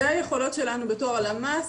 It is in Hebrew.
אלה היכולות שלנו בתור הלמ"ס,